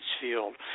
Field